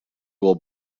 will